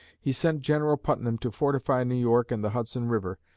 he sent general putnam to fortify new york and the hudson river,